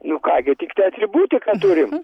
nu ką gi tiktai atributiką turim